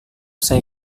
saya